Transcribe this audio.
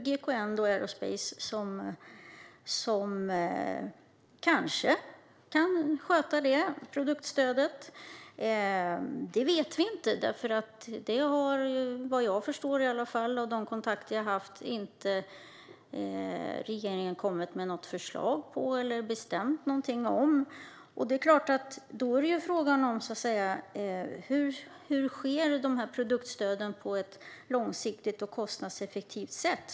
GKN Aerospace kanske kan sköta det produktstödet - vi vet inte det. Vad jag förstår, av de kontakter jag har haft, har regeringen nämligen inte kommit med något förslag på det eller bestämt någonting om det. Då är frågan: Hur sker dessa produktstöd på ett långsiktigt och kostnadseffektivt sätt?